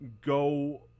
go